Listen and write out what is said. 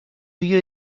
you